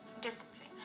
distancing